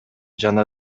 жана